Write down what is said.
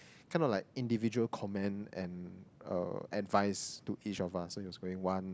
kind of like individual comment and uh advice to each of us so is very one